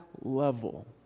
level